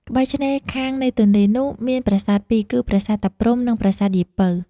កែ្បរឆេ្នរខាងនៃទនេ្លនោះ មានប្រាសាទពីរ គឺប្រាសាទតាព្រហ្មនិង ប្រាសាទយាយពៅ។